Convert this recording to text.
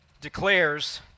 declares